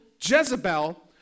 Jezebel